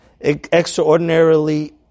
extraordinarily